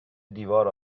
دیوار